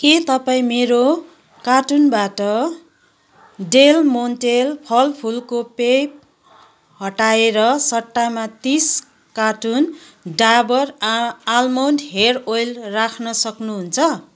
के तपाईँ मेरो कार्टुनबाट डेल मोन्टे फलफुलको पेय हटाएर सट्टामा तिस कार्टुन डाबर आ आलमोन्ड हेयर तेल राख्न सक्नुहुन्छ